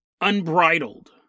unbridled